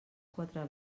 quatre